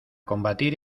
combatir